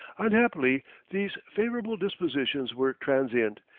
unhappily these favourable dispositions were transient,